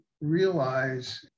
realize